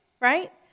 Right